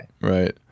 right